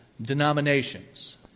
Denominations